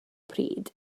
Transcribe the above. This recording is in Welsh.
pryd